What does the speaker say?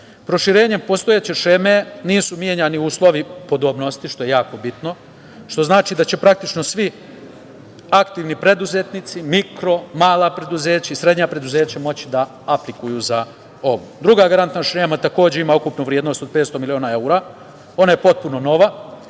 Proširenjem postojeće šeme nisu menjani uslovi podobnosti, što je jako bitno, što znači da će praktično svi aktivni preduzetnici, mikro, mala preduzeća i srednja moći da apliciraju za ovo. Druga garantna šema takođe ima ukupnu vrednost od 500 miliona evra. Ona je potpuno nova